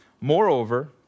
Moreover